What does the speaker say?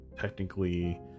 technically